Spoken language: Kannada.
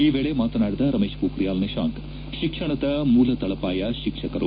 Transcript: ಈ ವೇಳೆ ಮಾತನಾಡಿದ ರಮೇಶ್ ಪೋಖ್ರಿಯಾಲ್ ನಿಶಾಂಖ್ ಶಿಕ್ಷಣದ ಮೂಲ ತಳಪಾಯ ಶಿಕ್ಷಕರು